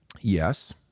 yes